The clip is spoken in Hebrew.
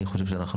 אני חושב שאנחנו,